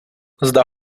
zda